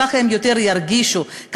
ככה הם ירגישו יותר,